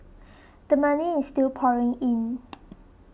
the money is still pouring in